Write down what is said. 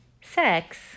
sex